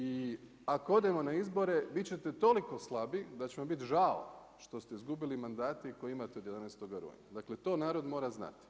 I ako odemo na izbore, bit ćete toliko slabi da će vam biti žao što ste izgubili mandate koje imate od 11. rujna, dakle to narod mora znati.